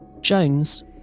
Jones